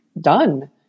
done